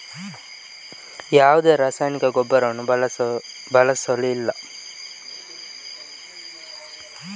Rubber ತೋಟಕ್ಕೆ ಯಾವ ರಸಗೊಬ್ಬರ ಹಾಕಿದರೆ ಒಳ್ಳೆಯದು?